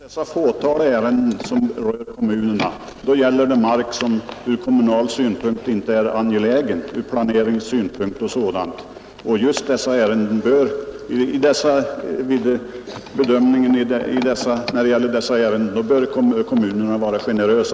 Herr talman! Det fåtal ärenden som rör kommunerna gäller mark som från planeringsoch andra synpunkter inte är särskilt angelägen, och vid bedömningen av sådana ärenden bör kommunerna vara generösa.